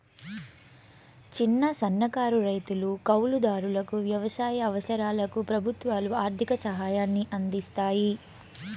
చిన్న, సన్నకారు రైతులు, కౌలు దారులకు వ్యవసాయ అవసరాలకు ప్రభుత్వాలు ఆర్ధిక సాయాన్ని అందిస్తాయి